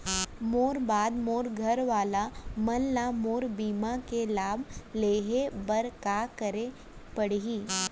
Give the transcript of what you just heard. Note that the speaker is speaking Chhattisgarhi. मोर बाद मोर घर वाला मन ला मोर बीमा के लाभ लेहे बर का करे पड़ही?